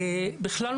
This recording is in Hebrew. בכלל,